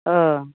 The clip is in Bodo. अह